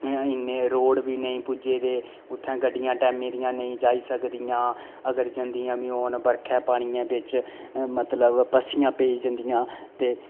इन्ने रोड़ बी नेईं पुज्जे दे उत्थैं गड्डियां टैमै दियां नेईं जाई सकदियां अगर जंंदियां बी होन बरखा पानियै बिच्च मतलब पस्सियां पेई जंदियां ते